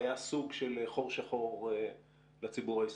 היה סוג של חור שחור לציבור הישראלי.